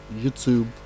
youtube